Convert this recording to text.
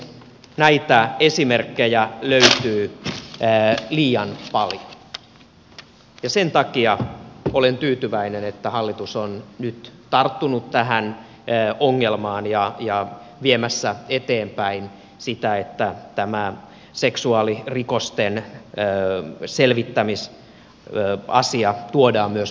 näitä esimerkkejä löytyy liian paljon ja sen takia olen tyytyväinen että hallitus on nyt tarttunut tähän ongelmaan ja viemässä eteenpäin sitä että tämä seksuaalirikosten selvittämisasia tuodaan myös vapaaehtoistyöntekijöiden pariin